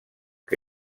que